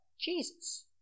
Jesus